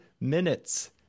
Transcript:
minutes